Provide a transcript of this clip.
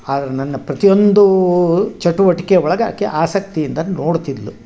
ಆದರೆ ನನ್ನ ಪ್ರತಿಯೊಂದು ಚಟುವಟಿಕೆ ಒಳ್ಗೆ ಆಕೆ ಆಸಕ್ತಿಯಿಂದ ನೋಡ್ತಿದ್ಳು